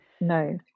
No